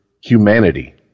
humanity